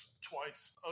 Twice